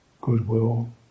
goodwill